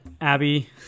Abby